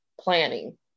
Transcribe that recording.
planning